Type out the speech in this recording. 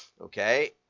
okay